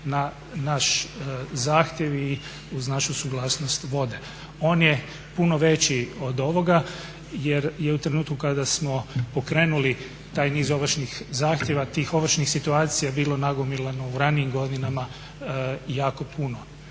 na naš zahtjev i uz našu suglasnost vode. On je puno veći od ovoga jer je u trenutku kada smo pokrenuli taj niz ovršnih zahtjeva, tih ovršnih situacija bilo nagomilano u ranijim godinama jako puno.